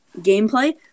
gameplay